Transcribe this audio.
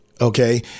Okay